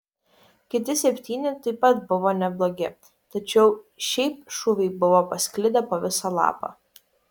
kiti septyni taip pat buvo neblogi tačiau šiaip šūviai buvo pasklidę po visą lapą